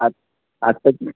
आत आताची